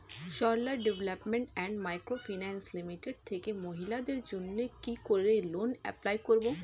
Sarala Development and Micro Finance Limited থেকে মহিলাদের জন্য কি করে লোন এপ্লাই করব?